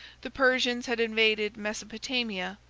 the persians had invaded mesopotamia,